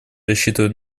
рассчитывать